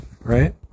Right